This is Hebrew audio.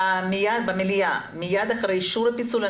במליאה מיד אחרי אישור הפיצול,